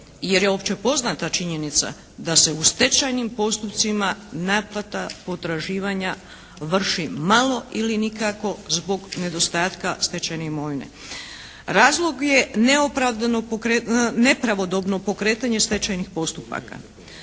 jer je opće poznata činjenica da se u stečajnim postupcima naplata potraživanja vrši malo ili nikako zbog nedostatka stečajne imovine. Razlog je nepravodobno pokretanje stečajnih postupaka.